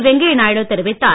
வெங்கைய நாயுடு தெரிவித்தார்